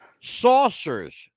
saucers